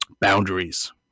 boundaries